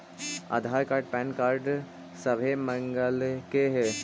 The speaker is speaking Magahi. आधार कार्ड पैन कार्ड सभे मगलके हे?